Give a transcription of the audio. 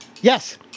Yes